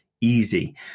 easy